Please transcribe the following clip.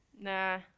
Nah